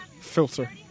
filter